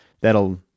that'll